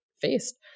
faced